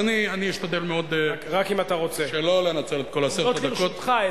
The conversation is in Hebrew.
אז אני אשתדל מאוד שלא לנצל את כל עשר הדקות.